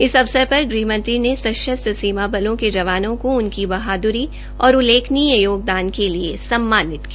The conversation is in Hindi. इस अवसर पर गृहमंत्री ने सशस्त्र सीमा बलों के जवानों को उनकी बहाद्री और उल्लेखनीय योगदान के लिए सम्मानित किया